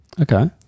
Okay